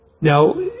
Now